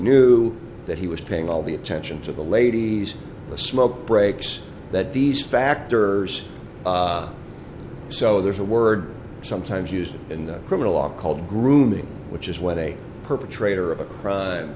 knew that he was paying all the attention to the ladies the smoke breaks that these factors so there's a word sometimes used in the criminal law called grooming which is when a perpetrator of a crime